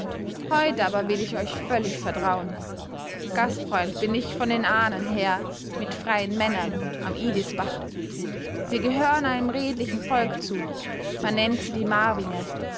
heut aber will ich euch völlig vertrauen gastfreund bin ich von den ahnen her mit freien männern am idisbach sie gehören einem redlichen volk zu man nennt sie die marvinge